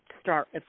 start